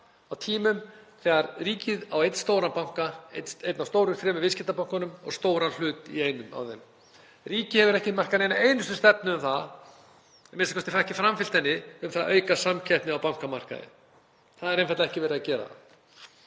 á tímum þegar ríkið á einn stóran banka, einn af þremur stóru viðskiptabönkunum og stóran hlut í einum af þeim. Ríkið hefur ekki markað neina einustu stefnu um það, a.m.k. ekki framfylgt henni, að auka samkeppni á bankamarkaði. Það er einfaldlega ekki verið að gera það.